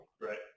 Right